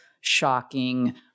shocking